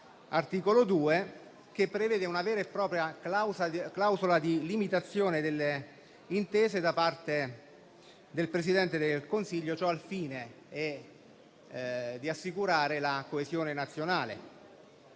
articolo 2, che prevede una vera e propria clausola di limitazione delle intese da parte del Presidente del Consiglio, al fine di assicurare la coesione nazionale